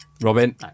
Robin